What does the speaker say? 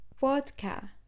vodka